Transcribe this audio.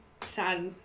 sad